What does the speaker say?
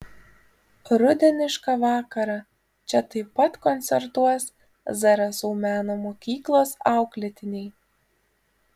rudenišką vakarą čia taip pat koncertuos zarasų meno mokyklos auklėtiniai